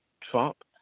Trump